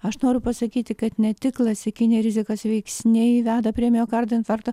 aš noriu pasakyti kad ne tik klasikiniai rizikos veiksniai veda prie miokardo infarkto